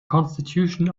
constitution